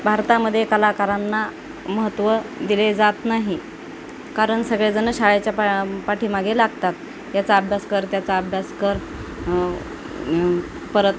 भारतामध्ये कलाकारांना महत्त्व दिले जात नाही कारण सगळेजणं शाळेच्या पा पाठीमागे लागतात याचा अभ्यास कर त्याचा अभ्यास कर परत